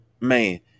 man